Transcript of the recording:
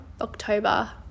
October